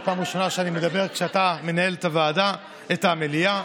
זו פעם ראשונה שאני מדבר כשאתה מנהל את המליאה,